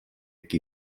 qui